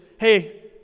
hey